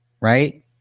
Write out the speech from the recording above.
Right